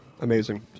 Amazing